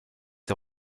der